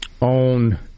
On